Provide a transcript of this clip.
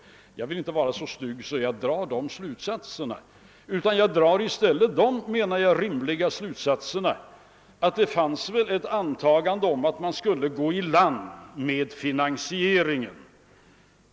Jag vill inte vara så stygg att jag drar denna slutsats utan jag drar i stället den enligt min mening mera rimliga slutsatsen att det väl fanns ett antagande om att man skulle kunna gå i land med finansieringen.